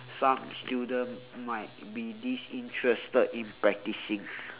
some student might be disinterested in practising